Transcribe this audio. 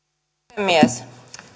puhemies